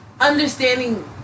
understanding